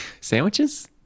Sandwiches